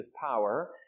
power